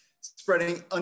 spreading